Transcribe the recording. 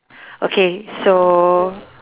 okay so